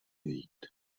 vyjít